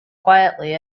quietly